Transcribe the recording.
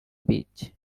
beach